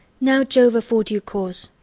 now jove afford you cause!